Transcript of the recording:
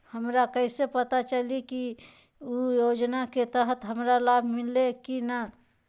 हमरा कैसे पता चली की उ योजना के तहत हमरा लाभ मिल्ले की न?